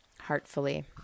heartfully